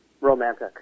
romantic